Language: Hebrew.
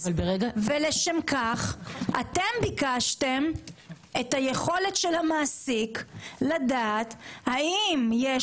ולשם כך אתם ביקשתם את היכולת של המעסיק לדעת האם יש